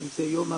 אם זה 'יום המדע',